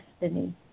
destiny